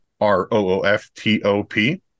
r-o-o-f-t-o-p